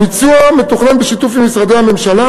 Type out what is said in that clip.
הביצוע מתוכנן בשיתוף עם משרדי הממשלה,